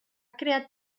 creat